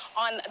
on